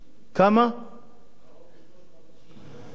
390 משפחות אומללות,